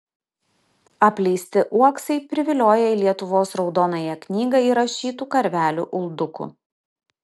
apleisti uoksai privilioja į lietuvos raudonąją knygą įrašytų karvelių uldukų